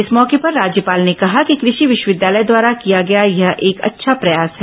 इस मौके पर राज्यपाल ने कहा कि कृषि विश्वविद्यालय द्वारा किया गया यह एक अच्छा प्रयास है